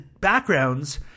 backgrounds